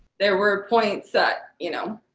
there were points that you know.